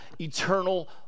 eternal